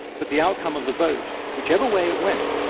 but the outcome of the vote, whichever way it went,